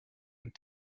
and